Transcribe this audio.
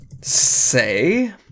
Say